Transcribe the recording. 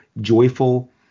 joyful